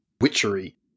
witchery